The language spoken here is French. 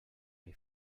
les